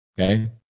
Okay